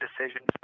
decisions